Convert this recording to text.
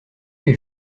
les